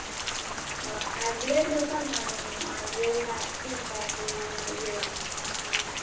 ᱟᱨ ᱵᱮᱨᱮᱹᱰ ᱫᱚ ᱚᱠᱟ ᱞᱮᱠᱟᱱᱟᱜ ᱧᱟᱢᱚᱜᱼᱟ ᱜᱳᱞᱟᱜ ᱥᱮ ᱪᱟᱨ ᱠᱳᱱᱟᱣᱟᱜ ᱜᱳᱞ